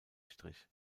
strich